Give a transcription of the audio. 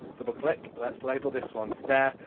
double-click. let's label this one snare.